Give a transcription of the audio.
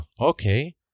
okay